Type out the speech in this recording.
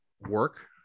work